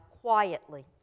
quietly